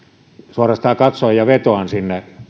suorastaan katson ja vetoan sinne